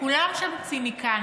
כולם שם ציניקנים,